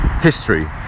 history